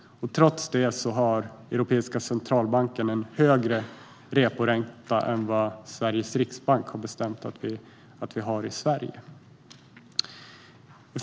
Trots det har Europeiska centralbanken en högre reporänta än den Sveriges riksbank har bestämt för Sverige.